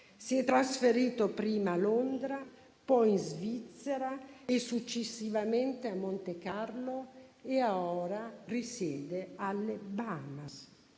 si è trasferito prima a Londra, poi in Svizzera e successivamente a Montecarlo e ora risiede alle Bahamas.